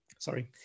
Sorry